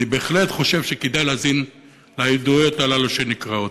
אני בהחלט חושב שכדאי להאזין לעדויות הללו שנקראות.